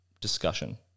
discussion